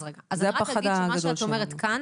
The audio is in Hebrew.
אז מה שאת אומרת כאן